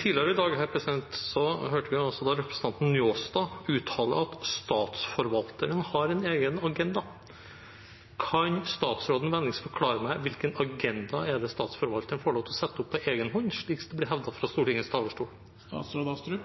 Tidligere i dag hørte vi representanten Njåstad uttale at Statsforvalteren har en egen agenda. Kan statsråden vennligst forklare meg hvilken agenda det er Statsforvalteren får lov til å sette opp på egen hånd, slik det ble hevdet fra